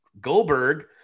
Goldberg